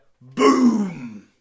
Boom